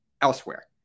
elsewhere